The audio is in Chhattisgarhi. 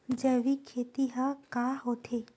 जैविक खेती ह का होथे?